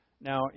Now